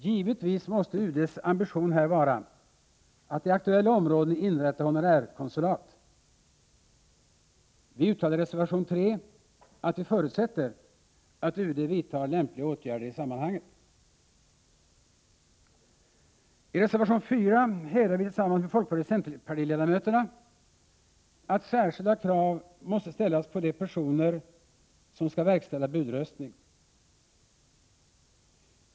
Givetvis måste UD:s ambition här vara att i aktuella områden inrätta honorärkonsulat. Vi uttalar i reservation 3 att vi förutsätter att UD vidtar lämpliga åtgärder i sammanhanget. I reservation 4 hävdar moderaterna tillsammans med folkpartioch Prot. 1987/88:46 centerpartiledamöterna att särskilda krav måste ställas på de personer som 16 december 1987 skall verkställa budröstning.